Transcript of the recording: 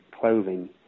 clothing